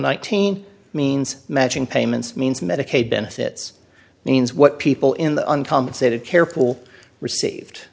nineteen means matching payments means medicaid benefits means what people in the uncompensated care pool received